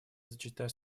зачитаю